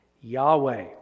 Yahweh